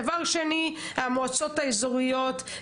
דבר שני - המועצות האזוריות.